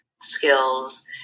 skills